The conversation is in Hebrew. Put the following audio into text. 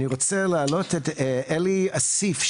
אני רוצה להעלות את אלי אסיף,